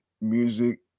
music